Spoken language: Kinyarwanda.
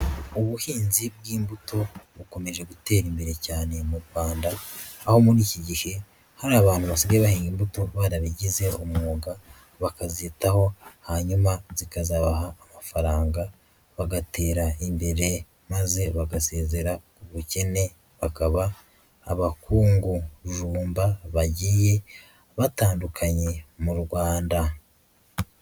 Ubuhinzi bw'imbuto bukomeje gutera imbere cyane mu Rwanda, aho muri iki gihe hari abantu basigaye bahinga imbuto barabigize umwuga, bakazitaho hanyuma zikazabaha amafaranga bagatera imbere, maze bagasezezera ubukene bakaba abakungu jumba, bagiye batandukanye mu Rwanda.